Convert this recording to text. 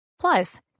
Plus